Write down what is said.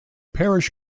parish